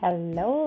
Hello